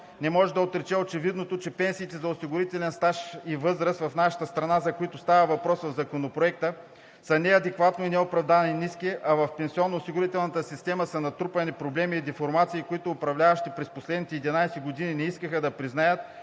не може да отрече очевидното, че пенсиите за осигурителен стаж и възраст в нашата страна, за които става въпрос в Законопроекта, са неадекватно и неоправдано ниски, а в пенсионно- осигурителната система са натрупани проблеми и деформации, за които управляващите не искаха да признаят